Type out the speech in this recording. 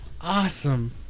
awesome